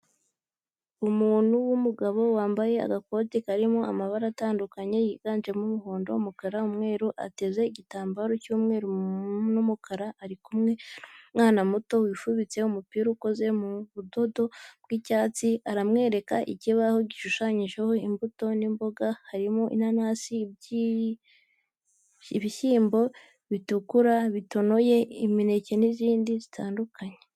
Umuntu w'umugabo wambaye agakoti karimo amabara atandukanye yiganjemo umuhondo, umukara, umweru, ateze n'igitambaro cy'umweru n'umukara, ari kumwe n'umwana muto wifubitse umupira ukoze mu budodo w'icyatsi aramwereka ikibaho gishushanyijeho imbuto n'imboga harimo inanasi, ibishyimbo bitukura bitonoye imineke n'izindi zitandukanye.